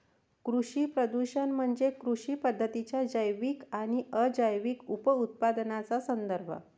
कृषी प्रदूषण म्हणजे कृषी पद्धतींच्या जैविक आणि अजैविक उपउत्पादनांचा संदर्भ